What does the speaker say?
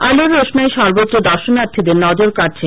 আলোর রোশনাই সর্বত্র দর্শনার্থীদের নজর কাড়ছে